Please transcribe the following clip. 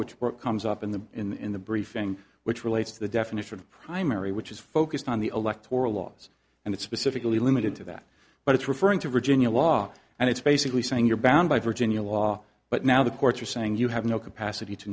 what comes up in the in the briefing which relates to the definition of primary which is focused on the electoral laws and it's specifically limited to that but it's referring to virginia law and it's basically saying you're bound by virginia law but now the courts are saying you have no capacity to